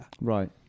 Right